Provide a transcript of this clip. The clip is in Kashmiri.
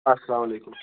اَسلامُ علیکُم